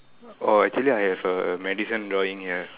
orh actually I have a medicine drawing here